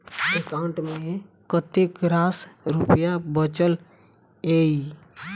account मे कतेक रास रुपया बचल एई